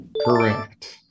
Correct